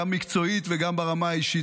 גם מקצועית וגם ברמה האישית,